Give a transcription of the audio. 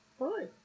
Hi